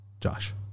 Josh